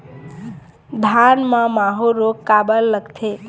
धान म माहू रोग काबर लगथे?